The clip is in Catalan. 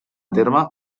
terme